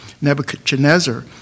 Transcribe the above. Nebuchadnezzar